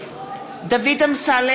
(קוראת בשמות חברי הכנסת) דוד אמסלם,